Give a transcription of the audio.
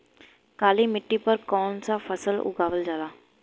काली मिट्टी पर कौन सा फ़सल उगावल जाला?